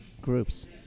groups